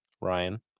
Ryan